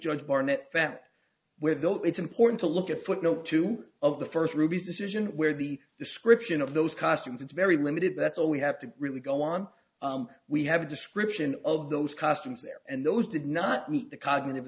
judge barnett that where though it's important to look at footnote two of the first ruby's decision where the description of those costumes it's very limited that's all we have to really go on we have a description of those costumes there and those did not meet the cognitive